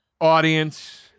audience